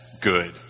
good